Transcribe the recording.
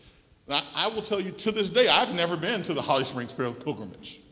but i will tell you to this day, i've never been to the holly springs springs pilgrimage